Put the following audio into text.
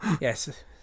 Yes